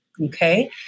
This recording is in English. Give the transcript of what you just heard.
okay